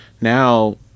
Now